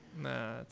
Nah